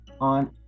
on